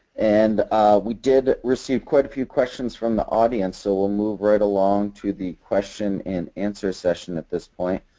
and we did receive quite a few questions from the audience, so we will move right along to the question and answer session at this point.